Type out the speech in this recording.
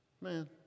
Man